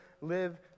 live